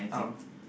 oh